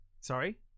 sorry